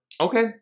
Okay